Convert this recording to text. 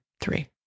three